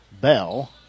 Bell